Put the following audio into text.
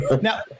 Now